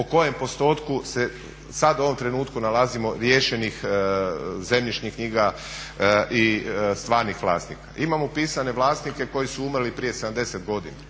o kojem postotku se sad u ovom trenutku nalazimo riješenih zemljišnih knjiga i stvarnih vlasnika. Imamo upisane vlasnike koji su umrli prije 70 godina